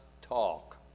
talk